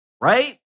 right